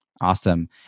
Awesome